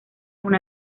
una